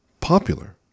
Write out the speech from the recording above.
popular